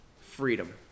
freedom